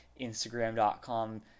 Instagram.com